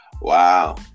wow